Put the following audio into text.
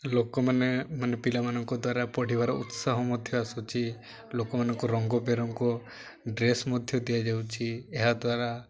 ଲୋକମାନେ ମାନେ ପିଲାମାନଙ୍କ ଦ୍ୱାରା ପଢ଼ିବାର ଉତ୍ସାହ ମଧ୍ୟ ଆସୁଛି ଲୋକମାନଙ୍କୁ ରଙ୍ଗ ବେରଙ୍ଗ ଡ୍ରେସ୍ ମଧ୍ୟ ଦିଆଯାଉଛି ଏହାଦ୍ୱାରା